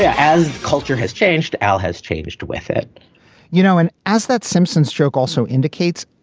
as culture has changed. al has changed with it you know, and as that simpsons joke also indicates,